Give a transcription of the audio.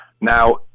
Now